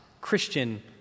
Christian